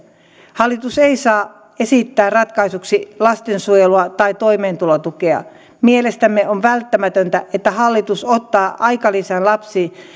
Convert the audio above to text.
hallitus ei saa esittää ratkaisuksi lastensuojelua tai toimeentulotukea mielestämme on välttämätöntä että hallitus ottaa aikalisän lapsiin